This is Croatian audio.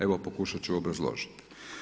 Evo pokušat ću obrazložit.